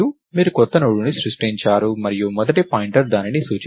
మీరు కొత్త నోడ్ని సృష్టించారు మరియు మొదటి పాయింటర్ దానిని సూచిస్తుంది